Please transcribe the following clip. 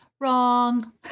Wrong